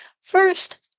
First